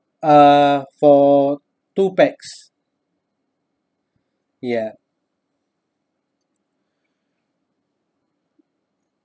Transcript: uh for two pax ya